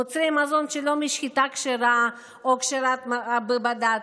מוצרי מזון שלא משחיטה כשרה או כשרה בד"ץ.